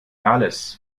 alles